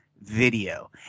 video